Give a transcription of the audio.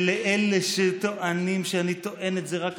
ולאלה שטוענים שאני טוען את זה רק עכשיו,